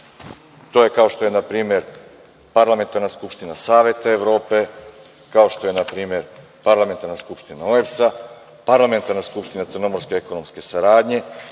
ima većinu. To je na primer Parlamentarna skupština Saveta Evrope, kao što je na primer Parlamentarna skupština OEBS, Parlamentarna skupština Crnomorske ekonomske saradnje,